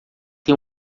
tem